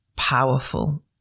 powerful